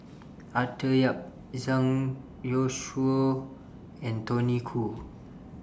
Arthur Yap Zhang Youshuo and Tony Khoo